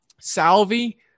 Salvi